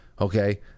okay